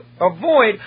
avoid